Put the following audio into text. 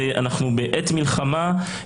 אנחנו בעת מלחמה.